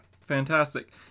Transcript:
fantastic